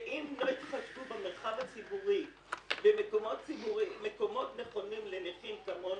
אם לא יתחשבו במרחב הציבורי במקומות נכונים לנכים כמונו,